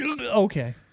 okay